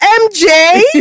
MJ